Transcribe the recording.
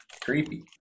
creepy